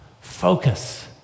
focus